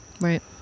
Right